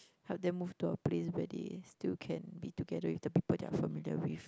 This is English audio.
help them move to a place where they still can be together with the people they are familiar with